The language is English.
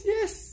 Yes